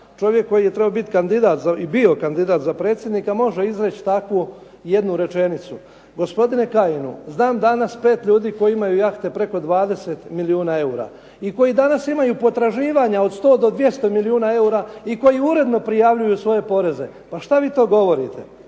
čovjek koji je bio kandidat za predsjednika može izreći takvu jednu rečenicu. Gospodine Kajinu znam danas 5 ljudi koji imaju jahte preko 20 milijuna eura i koji danas imaju potraživanja od 100 do 200 milijuna eura i koji uredno prijavljuju svoje poreze. Pa što vi to govorite?